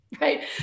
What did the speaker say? right